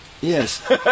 Yes